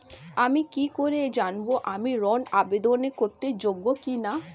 আমি কি করে জানব আমি ঋন আবেদন করতে যোগ্য কি না?